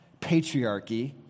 patriarchy